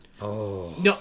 No